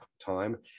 time